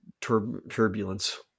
turbulence